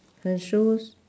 her shoes